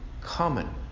common